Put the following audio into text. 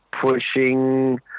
pushing